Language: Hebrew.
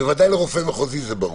בוודאי לרופא מחוזי זה ברור.